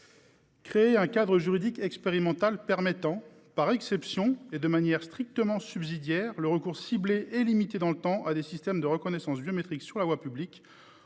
créer un cadre juridique expérimental permettant, par exception et de manière strictement subsidiaire, le recours ciblé et limité dans le temps à des systèmes de reconnaissance biométrique sur la voie publique,